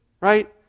right